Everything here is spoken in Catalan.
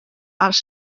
als